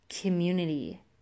community